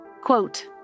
Quote